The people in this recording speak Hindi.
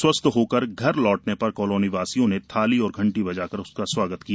स्वस्थ होकर घर लौटने पर कालोनी वासियों ने थाली और घन्टी बजाकर उसका स्वागत किया